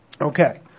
Okay